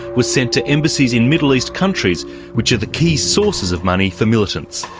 was sent to embassies in middle east countries which are the key sources of money for militants.